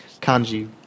kanji